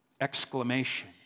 exclamation